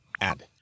Add